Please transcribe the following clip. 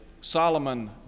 Solomon